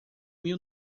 mil